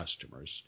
customers